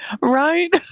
Right